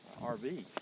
RV